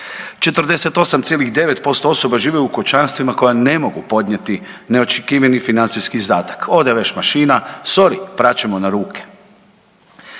48,9% osoba žive u kućanstvima koja ne mogu podnijeti neočekivani financijski izdatak. Od vešmašina, sorry prat ćemo na ruke.